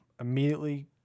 immediately